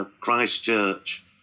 Christchurch